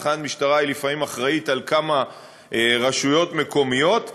תחנת משטרה לפעמים אחראית על כמה רשויות מקומיות.